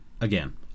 again